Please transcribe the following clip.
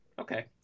Okay